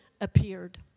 appeared